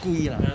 故意 ah